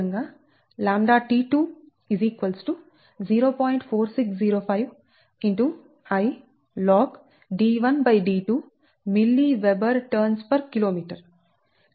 4605 I logd1d2mWb Tkm